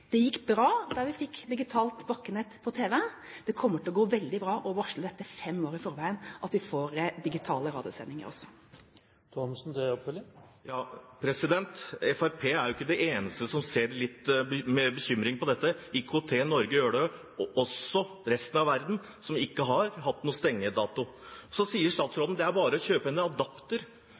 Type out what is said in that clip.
Det gikk bra da vi fikk digitalt bakkenett på tv. Dette kommer til å gå veldig bra, og vi varsler fem år i forveien at vi får digitale radiosendinger også. Fremskrittspartiet er jo ikke de eneste som ser på dette med litt bekymring. IKT Norge gjør det, og også resten av verden, som ikke har noen stengedato. Så sier statsråden at det bare er å kjøpe en adapter.